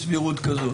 בסבירות כזאת.